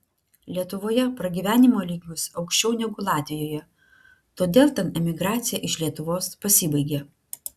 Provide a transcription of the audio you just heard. lietuvoje pragyvenimo lygis aukščiau negu latvijoje todėl ten emigracija iš lietuvos pasibaigė